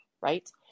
right